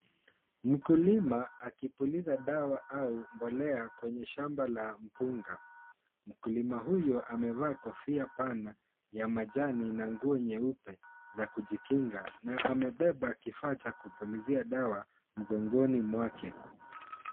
Mkulima akipuliza dawa au mbolea kwenye shamba la mpunga. Mkulima huyo amevaa kofi pana ya majani, na nguo nyeupe za kujikinga na amebeba kifaa cha kupulizia dawa mgongoni mwake.